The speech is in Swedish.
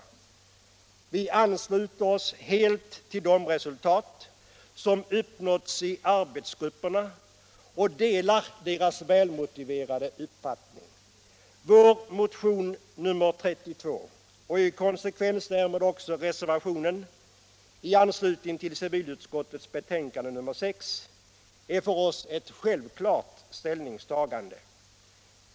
Vi ansluter oss helt till de resultat som uppnåtts i arbetsgrupperna och delar deras välmotiverade uppfattning. Vår motion nr 32 — och i konsekvens därmed också reservationen i anslutning till civilutskottets betänkande nr 6 — är för oss ett självklart ställningstagande.